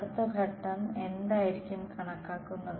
അടുത്ത ഘട്ടം എന്തായിരിക്കും കണക്കാക്കുന്നത്